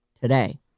today